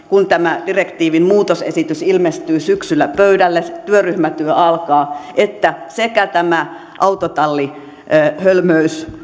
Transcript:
kun tämä direktiivin muutosesitys ilmestyy syksyllä pöydälle ja työryhmätyö alkaa sen puolesta että sekä tämä autotallihölmöys